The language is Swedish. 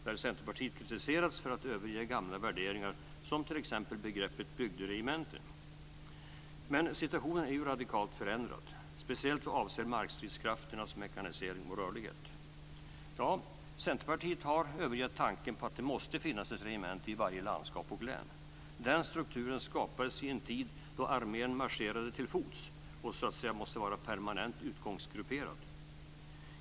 Där har Centerpartiet kritiserats för att överge gamla värderingar, t.ex. begreppet "bygderegementen". Men situationen är radikalt förändrad, speciellt vad avser markstridskrafternas mekanisering och rörlighet. Ja, Centerpartiet har övergett tanken på att det måste finnas ett regemente i varje landskap och län. Den strukturen skapades i en tid då armén marscherade till fots och var tvungen att så att säga vara permanent utgångsgrupperad.